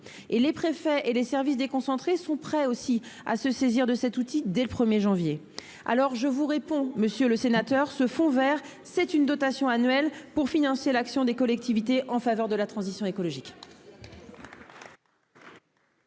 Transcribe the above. Les préfets et les services déconcentrés sont prêts aussi à se saisir de cet outil dès le 1 janvier prochain. Monsieur le sénateur, le fonds vert est une dotation annuelle pour financer l'action des collectivités en faveur de la transition écologique.